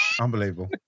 unbelievable